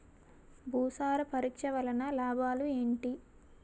భూసార పరీక్ష వలన లాభాలు ఏంటి?